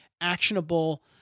actionable